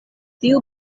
tiu